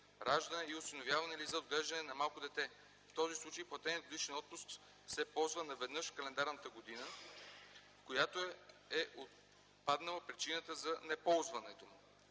раждане и осиновяване или за отглеждане на малко дете. В този случай платеният годишен отпуск се ползва наведнъж в календарната година, в която е отпаднала причината за неползването му.